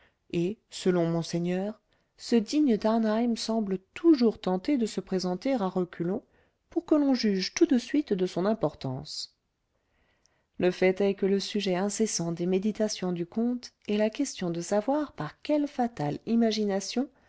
et selon monseigneur ce digne d'harneim semble toujours tenté de se présenter à reculons pour que l'on juge tout de suite de son importance le fait est que le sujet incessant des méditations du comte est la question de savoir par quelle fatale imagination